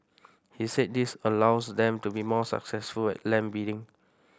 he said this allows them to be more successful at land bidding